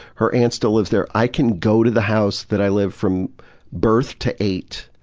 her aunt still lives there. i can go to the house that i lived from birth to eight,